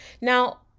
Now